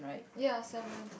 ya seven